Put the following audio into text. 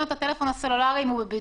לו את הטלפון הסלולארי אם הוא בבידוד?